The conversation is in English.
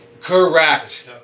Correct